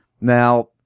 Now